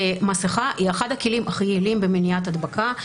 מסכה היא אחד הכלים הכי יעילים במניעת הדבקה.